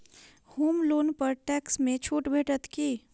होम loan पर tax मे छुट भेटत की